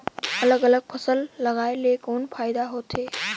अलग अलग फसल लगाय ले कौन फायदा होथे?